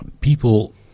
people